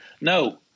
no